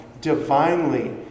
Divinely